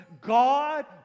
God